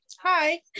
Hi